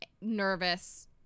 nervous